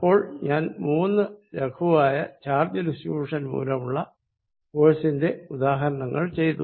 അപ്പോൾ ഞാൻ മൂന്ന് ലഘുവായ ചാർജ് ഡിസ്ട്രിബ്യൂഷൻ മൂലമുള്ള ഫോഴ്സി ന്റെ ഉദാഹരണങ്ങൾ ചെയ്തു